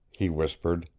he whispered.